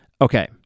okay